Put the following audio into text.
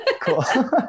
Cool